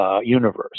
universe